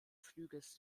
flügels